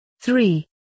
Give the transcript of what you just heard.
three